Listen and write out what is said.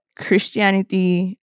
Christianity